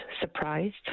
surprised